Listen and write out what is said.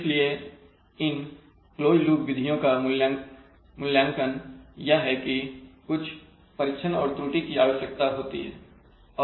इसलिए इन close loop विधियों का मूल्यांकन यह है कि कुछ परीक्षण और त्रुटि की आवश्यकता होती है